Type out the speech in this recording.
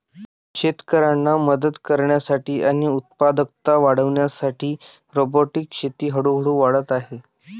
शेतकऱ्यांना मदत करण्यासाठी आणि उत्पादकता वाढविण्यासाठी रोबोटिक शेती हळूहळू वाढत आहे